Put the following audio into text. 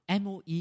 MOE